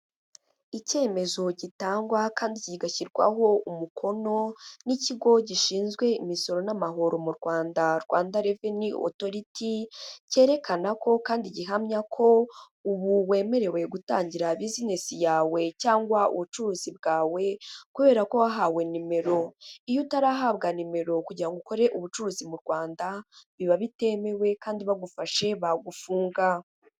Icyemezo gitangwa kandi kigashyirwaho umukono n'ikigo gishinzwe imisoro n'amahoro mu Rwanda, Revenue Authority, cyerekana ko kandi gihamya ko ubu wemerewe gutangira business yawe cyangwa ubucuruzi bwawe, kubera ko wahawe nimero. Iyo utarahabwa nimero kugira ngo ukore ubucuruzi mu Rwanda biba bitemewe, kandi bagufashe bagufunga.